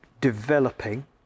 developing